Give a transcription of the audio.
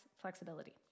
flexibility